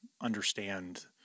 understand